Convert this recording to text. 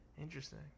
interesting